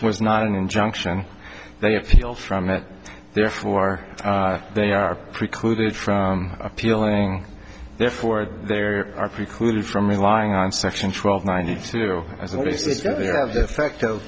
was not an injunction they appeal from it therefore they are precluded from appealing therefore there are precluded from relying on section twelve ninety two